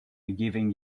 giving